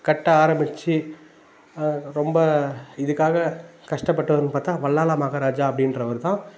கட்ட ஆரம்பித்து ரொம்ப இதுக்காக கஸ்ட்டப்பட்டவருனு பார்த்தா வள்ளால மகாராஜா அப்படின்றவருதான்